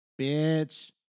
bitch